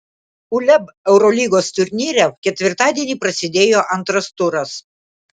uleb eurolygos turnyre ketvirtadienį prasidėjo antras turas